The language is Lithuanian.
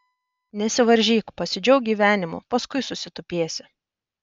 nesivaržyk pasidžiauk gyvenimu paskui susitupėsi